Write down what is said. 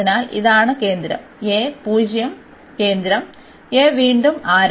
അതിനാൽ ഇതാണ് കേന്ദ്രം a 0 കേന്ദ്രം a വീണ്ടും ആരം